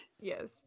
Yes